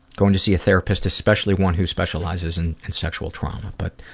going to see a therapist, especially one who specializes in and sexual trauma. but